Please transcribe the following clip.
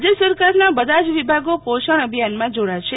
રાજય સરકારના બધા જ વિભાગો પોષણ અભિયાનાં જોડાશે